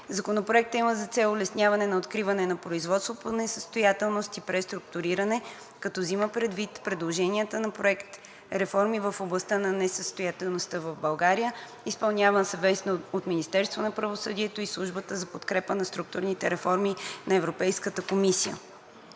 Законопроектът има за цел улесняване на откриване на производство по несъстоятелност и преструктуриране, като взима предвид предложенията на Проект „Реформи в областта на несъстоятелността в България“, изпълняван съвместно от Министерството на правосъдието и Службата за подкрепа на структурните реформи на Европейската комисия.